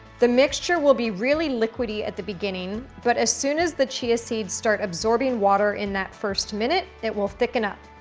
the mixture will be really liquidy at the beginning. but as soon as the chia seeds start absorbing water in that first minute, it will thicken up.